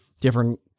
Different